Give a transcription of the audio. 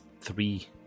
three